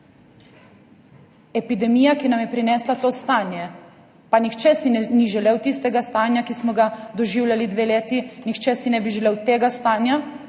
epidemija, ki nam je prinesla to stanje. Pa si nihče ni želel tistega stanja, ki smo ga doživljali dve leti, nihče si ne bi želel tega stanja.